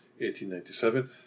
1897